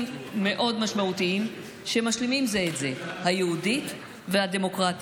מאוד משמעותיים שמשלימים זה את זה: ה"יהודית" וה"דמוקרטית".